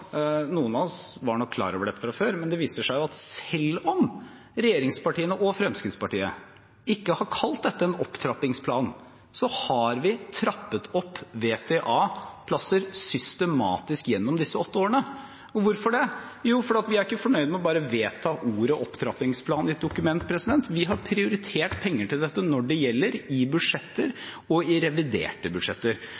selv om regjeringspartiene, og Fremskrittspartiet, ikke har kalt dette en opptrappingsplan, har vi trappet opp antall VTA-plasser systematisk gjennom disse åtte årene. Og hvorfor det? Jo, fordi vi ikke er fornøyd med bare å vedta ordet «opptrappingsplan» i et dokument, vi har prioritert penger til dette når det gjelder, i budsjetter